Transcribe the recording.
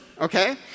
okay